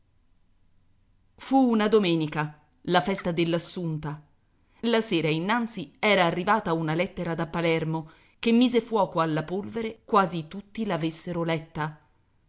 fu una domenica la festa dell'assunta la sera innanzi era arrivata una lettera da palermo che mise fuoco alla polvere quasi tutti l'avessero letta